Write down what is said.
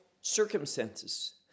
circumstances